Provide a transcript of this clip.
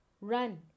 Run